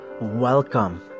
Welcome